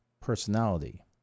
personality